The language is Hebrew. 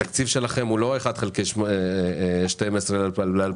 התקציב שלכם הוא לא 1 חלקי 12 ל-2018.